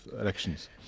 elections